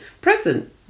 present